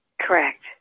Correct